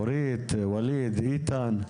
אורית, ווליד, איתן?